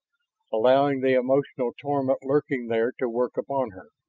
allowing the emotional torment lurking there to work upon her.